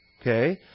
Okay